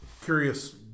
Curious